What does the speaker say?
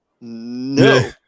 No